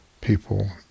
people